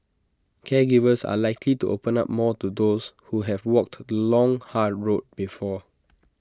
caregivers are likely to open up more to those who have walked the long hard road before